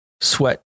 sweat